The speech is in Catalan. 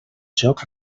joc